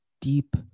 deep